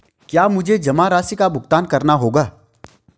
क्या मुझे जमा राशि का भुगतान करना होगा?